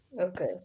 Okay